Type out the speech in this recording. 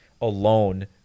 alone